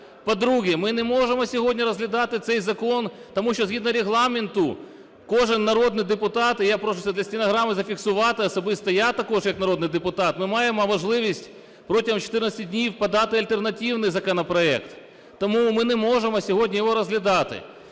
По-друге, ми не можемо сьогодні розглядати цей закон, тому що згідно Регламенту кожен народний депутат - і я прошу це для стенограми зафіксувати, - особисто я також як народний депутат, ми маємо можливість протягом 14 днів подати альтернативний законопроект. Тому ми не можемо сьогодні його розглядати.